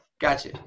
Gotcha